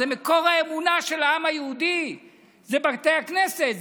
מקור האמונה של העם היהודי זה בתי הכנסת,